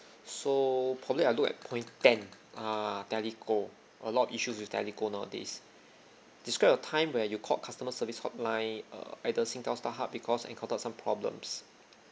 so probably I look at point ten err telco a lot of issues with telco nowadays describe a time where you called customer service hotline uh either singtel starhub because encounter on some problems